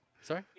Sorry